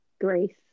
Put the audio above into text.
Grace